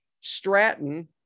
Stratton